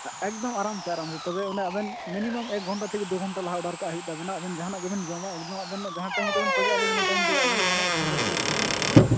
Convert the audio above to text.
ᱮᱠᱫᱚᱢ ᱟᱨᱟᱢᱥᱮ ᱟᱨᱟᱢᱥᱮ ᱛᱚᱵᱮ ᱚᱱᱮ ᱟᱵᱮᱱ ᱢᱤᱱᱤᱢᱟᱢ ᱮᱠ ᱜᱷᱚᱱᱴᱟ ᱛᱷᱮᱠᱮ ᱫᱩ ᱜᱷᱚᱱᱴᱟ ᱞᱟᱦᱟ ᱚᱰᱟᱨ ᱠᱟᱜ ᱦᱩᱭᱩᱜ ᱛᱟᱵᱮᱱᱟ ᱟᱵᱮᱱ ᱡᱟᱦᱟᱱᱟᱜ ᱜᱮᱵᱮᱱ ᱡᱚᱢᱟ ᱮᱠᱫᱚᱢ ᱟᱵᱮᱱ ᱡᱟᱦᱟᱸ ᱴᱟᱭᱤᱢ ᱨᱮᱵᱮᱱ ᱠᱷᱚᱡᱚᱜᱼᱟ ᱟᱹᱞᱤᱧ ᱤᱱᱟᱹ ᱴᱟᱭᱤᱢ ᱛᱮᱜᱮ ᱟᱵᱮᱱ ᱢᱟᱱᱮ ᱤᱥᱤᱱ ᱠᱟᱛᱮᱫ ᱞᱤᱧ ᱨᱮᱹᱰᱤ ᱦᱚᱪᱚ ᱫᱟᱲᱮᱣᱟᱠᱚᱣᱟ